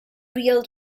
real